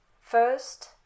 First